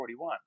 41